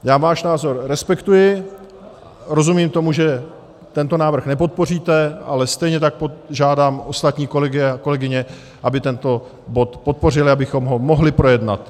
Já váš názor respektuji, rozumím tomu, že tento návrh nepodpoříte, ale stejně tak žádám ostatní kolegy a kolegyně, aby tento bod podpořili, abychom ho mohli projednat.